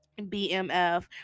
BMF